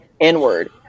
N-word